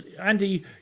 Andy